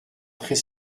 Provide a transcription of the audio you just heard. très